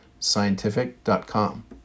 scientific.com